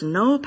no